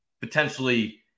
potentially